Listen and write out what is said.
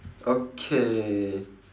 okay